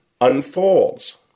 unfolds